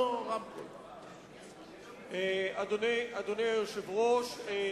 אדוני היושב-ראש,